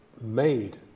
made